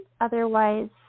Otherwise